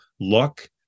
luck